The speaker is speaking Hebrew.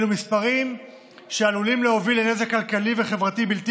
אלו מספרים שעלולים להוביל לנזק כלכלי וחברתי בלתי